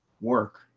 work